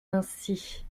ainsi